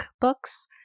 books